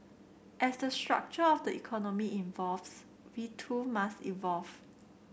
as the structure of the economy evolves we too must evolve